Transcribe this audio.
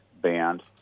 band